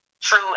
true